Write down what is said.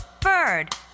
bird